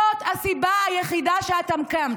זאת הסיבה היחידה שאתם כאן,